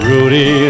Rudy